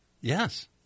Yes